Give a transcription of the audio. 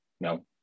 No